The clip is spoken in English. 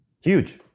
Huge